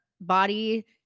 body